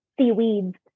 seaweeds